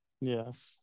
Yes